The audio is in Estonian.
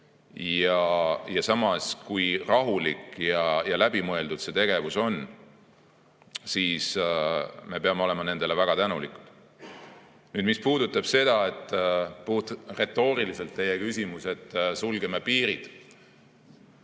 ja samas, kui rahulik ja läbimõeldud see tegevus on – me peame olema nendele selle eest väga tänulikud. Mis puudutab seda, puhtretooriliselt teie küsimust, et sulgeme piirid.